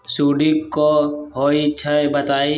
सुडी क होई छई बताई?